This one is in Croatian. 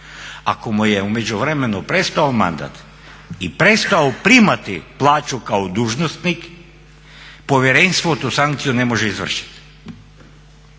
Ako mu je u međuvremenu prestao mandat i prestao primati plaću kao dužnosnik povjerenstvo tu sankciju ne može izvršiti.